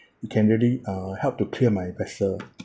it can really uh help to clear my vessel